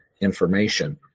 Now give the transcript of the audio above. information